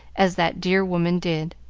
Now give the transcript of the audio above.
as that dear woman did.